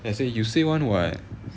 then I say you say [one] [what]